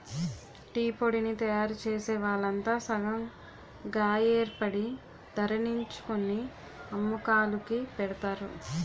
టీపొడిని తయారుచేసే వాళ్లంతా సంగం గాయేర్పడి ధరణిర్ణించుకొని అమ్మకాలుకి పెడతారు